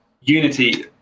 Unity